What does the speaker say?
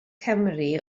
cymru